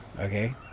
okay